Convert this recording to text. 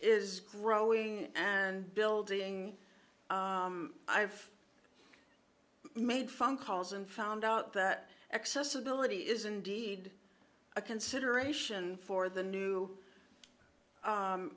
is growing and building i've made phone calls and found out that accessibility is indeed a consideration for the new